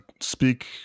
speak